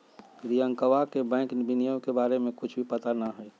रियंकवा के बैंक विनियमन के बारे में कुछ भी पता ना हई